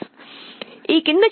5 MHz